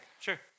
Sure